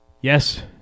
Yes